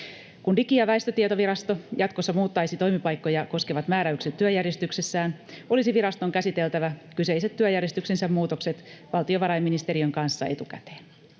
Kun Digi- ja väestötietovirasto jatkossa muuttaisi toimipaikkoja koskevat määräykset työjärjestyksessään, olisi viraston käsiteltävä kyseiset työjärjestyksensä muutokset valtiovarainministeriön kanssa etukäteen.